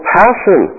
passion